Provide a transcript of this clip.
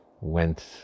went